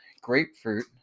grapefruit